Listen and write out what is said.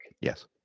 Yes